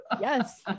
Yes